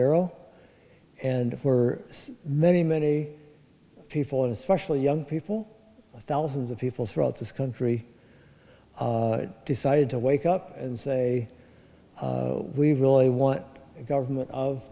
arrow and we're many many people especially young people thousands of people throughout this country decided to wake up and say we really want a government of